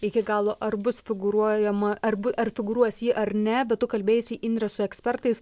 iki galo ar bus figūruojama ar ar figūruos ji ar ne bet tu kalbėjaisi indrė su ekspertais